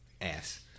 ass